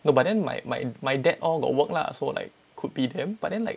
no but then my my my dad all got work lah so like could be them but then like